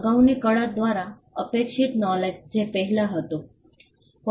અગાઉની કળા દ્વારા અપેક્ષિત નોલેજ જે પહેલાં હતું